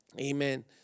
Amen